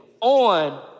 on